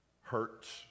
hurts